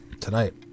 tonight